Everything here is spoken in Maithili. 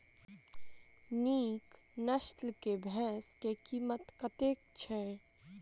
नीक नस्ल केँ भैंस केँ कीमत कतेक छै?